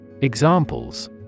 Examples